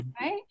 right